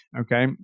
Okay